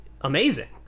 amazing